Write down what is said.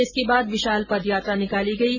इसके बाद विशाल पदयात्रा निकाली गयी